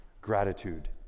Gratitude